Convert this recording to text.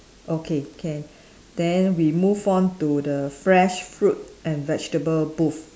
okay K then we move on to the fresh fruit and vegetable booth